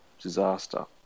disaster